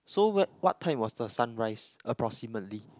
so where what time was the sunrise approximately